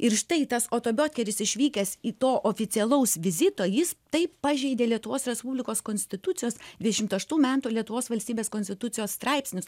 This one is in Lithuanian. ir štai tasoto biotcheris išvykęs į to oficialaus vizito jis taip pažeidė lietuvos respublikos konstitucijos dvidešim šeštų metų lietuvos valstybės konstitucijos straipsnius